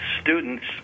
students